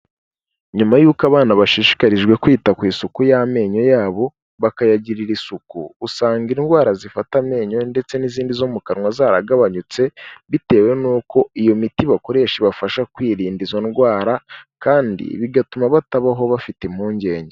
Nyuma y'uko abana bashishikarijwe kwita ku isuku y'amenyo yabo bakayagirira isuku usanga indwara zifata amenyo ndetse n'izindi zo mu kanwa zaragabanyutse bitewe n'uko iyo miti bakoresha ibafasha kwirinda izo ndwara kandi bigatuma batabaho bafite impungenge.